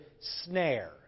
snare